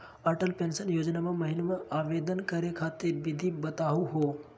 Atal pension Yojana महिना आवेदन करै खातिर विधि बताहु हो?